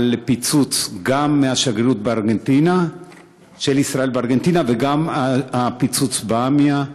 בנוגע לפיצוץ בשגרירות של ישראל בארגנטינה וגם לפיצוץ באמי"ה,